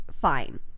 fine